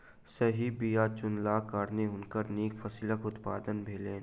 सही बीया चुनलाक कारणेँ हुनका नीक फसिलक उत्पादन भेलैन